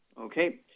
Okay